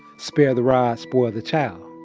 spare the rod, spoil the child.